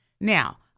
now